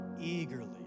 eagerly